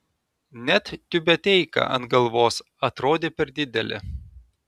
net tiubeteika ant galvos atrodė per didelė